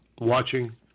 watching